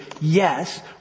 yes